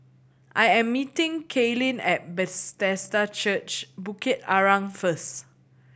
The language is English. I am meeting Kaylyn at Bethesda Church Bukit Arang first